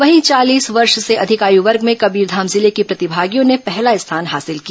वहीं चालीस वर्ष से अधिक आयु वर्ग में कबीरधाम जिले की प्रतिभागियों ने पहला स्थान हासिल किया